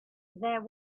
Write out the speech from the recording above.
there